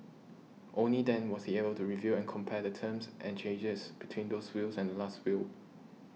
only then was he able to review and compare the terms and changes between those wills and Last Will